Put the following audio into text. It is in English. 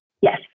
Yes